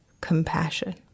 compassion